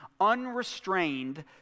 unrestrained